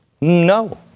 no